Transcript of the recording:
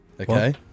Okay